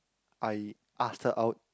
I asked her out